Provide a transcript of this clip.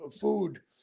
food